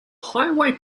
highway